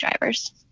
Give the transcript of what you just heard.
drivers